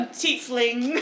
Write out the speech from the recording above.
tiefling